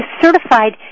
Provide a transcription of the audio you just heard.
certified